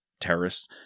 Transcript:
terrorists